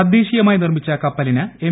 തദ്ദേശീയമായി നിർമ്മിച്ച കപ്പലിന് എം